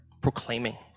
proclaiming